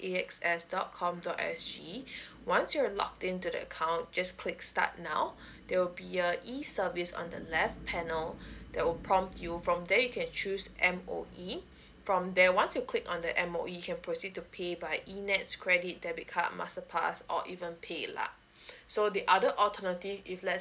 x s dot com dot s g once you're logged into the account just click start now there will be uh e service on the left panel that will prompt you from there you can choose M_O_E from there once you click on the M_O_E you can proceed to pay by e N_E_T_S credit debit card masterpass or even paylah so the other alternative if let's